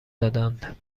دادند